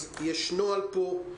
אז יש נוהל פה.